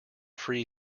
free